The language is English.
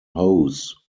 hose